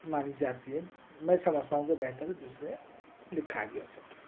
مانی جاتی ہے میں سمجھتا ہوں کہ بہتر ہے دوسرے لکھاریوں سے